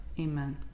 Amen